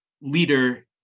leader